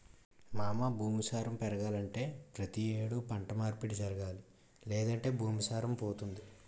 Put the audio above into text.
మావా భూమి సారం పెరగాలంటే పతి యేడు పంట మార్పు జరగాలి లేదంటే భూమి సారం పోతుంది